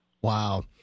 Wow